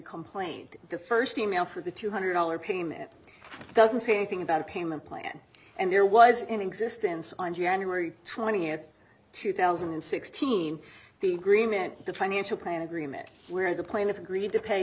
complaint the first e mail for the two hundred dollars payment doesn't say anything about a payment plan and there was in existence on january twentieth two thousand and sixteen the agreement the financial plan agreement where the plaintiff agreed to pay